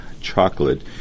chocolate